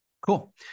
Cool